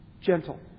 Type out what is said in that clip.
gentle